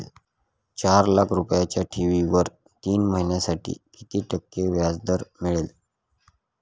चार लाख रुपयांच्या ठेवीवर तीन महिन्यांसाठी किती टक्के व्याजदर मिळेल?